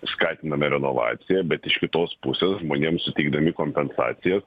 skatiname renovaciją bet iš kitos pusės žmonėms suteikdami kompensacijas